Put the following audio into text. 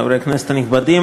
חברי הכנסת הנכבדים,